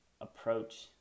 approach